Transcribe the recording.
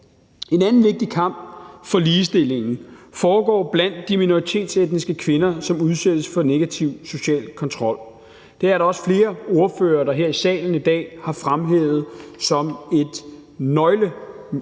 En anden vigtig kamp for ligestillingen foregår blandt de minoritetsetniske kvinder, som udsættes for negativ social kontrol. Det er der også flere ordførere der her i salen i dag har fremhævet som et nøglepunkt